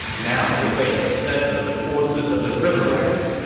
now liu bei possesses the forces of the riverlands,